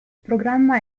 programma